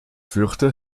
fürchte